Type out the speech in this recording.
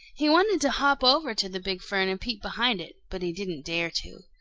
he wanted to hop over to the big fern and peep behind it, but he didn't dare to.